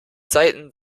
seiten